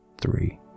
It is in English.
three